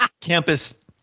campus